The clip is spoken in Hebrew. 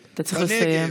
אתה צריך לסיים.